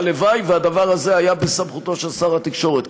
הלוואי שהדבר הזה היה בסמכותו של שר התקשורת.